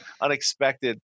unexpected